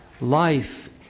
life